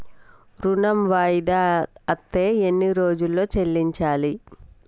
ఋణం వాయిదా అత్తే ఎన్ని రోజుల్లో చెల్లించాలి?